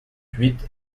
huit